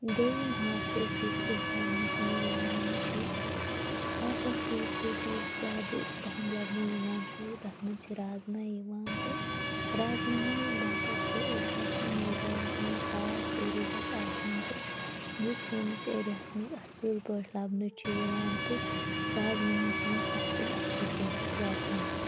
دوٚیِم ہاکھ أسۍ یُس أسۍ گَرمَس مَنٛز وَوان چھِ ہاکَس سۭتۍ سۭتۍ یُس زیاد پہم لَبنہٕ یِوان چھُ تتھ مَنٛز چھِ رازمہ یِوان تہٕ رازمَہَن باپَت چھ سیٚٹھاہ میٚقدارَس مَنٛز تاپھ ضوٚرَتھ آسان تہٕ یُس سٲنِس ایریاہَس مَنٛز اصٕل پٲٹھۍ لَبنہٕ چھُ یِوان تہٕ رازمَہَن ہُنٛد فَصل اصل پٲٹھۍ چھُ وۄبدان